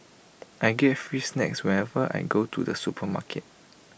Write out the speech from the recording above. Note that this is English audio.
I get free snacks whenever I go to the supermarket